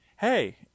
hey